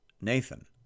Nathan